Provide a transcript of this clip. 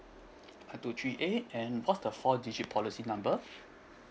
one two three A and what's the four digit policy number